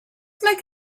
make